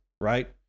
right